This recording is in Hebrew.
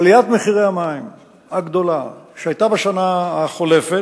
עליית מחירי המים הגדולה שהיתה בשנה החולפת,